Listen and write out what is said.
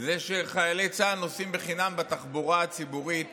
זה שחיילי צה"ל נוסעים בחינם בתחבורה הציבורית